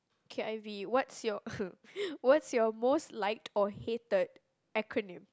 K_I_V what's your what's your most liked or hated acronym